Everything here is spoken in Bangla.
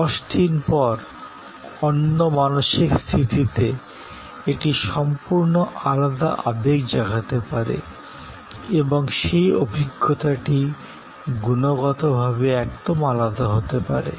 ১০ দিন পর অন্য মানসিক স্থিতিতে এটি সম্পূর্ণ আলাদা আবেগ জাগাতে পারে এবং সেই অভিজ্ঞতাটি গুণগতভাবে একদম আলাদা হতে পারে